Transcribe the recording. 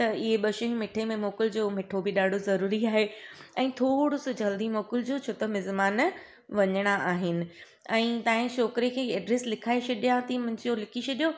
त इहे ॿ शयूं मिठे में मोकिलजो मिठो बि ॾाढो ज़रूरी आहे ऐं थोरो सो जल्दी मोकिलजो छो त मिज़मान वञणा आहिनि ऐं तव्हांजे छोकिरे खे ईअं एड्रेस लिखाए छॾियां थी मुंहिंजो लिखी छॾियो